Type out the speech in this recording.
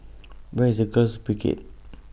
Where IS The Girls Brigade